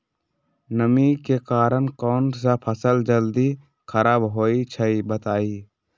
नमी के कारन कौन स फसल जल्दी खराब होई छई बताई?